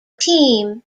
team